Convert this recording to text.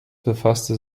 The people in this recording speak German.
befasste